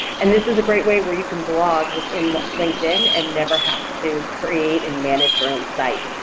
and this is a great way where you can blog within linkedin and never have to create and manage your own site.